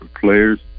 players